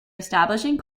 establishing